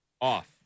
Off